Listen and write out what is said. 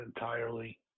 entirely